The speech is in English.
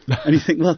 and you think, well